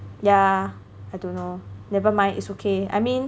yeah I don't know never mind it's okay I mean